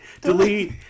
Delete